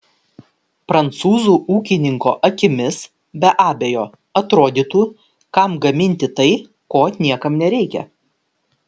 prancūzų ūkininko akimis be abejo atrodytų kam gaminti tai ko niekam nereikia